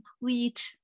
complete